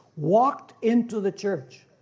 walked into the church.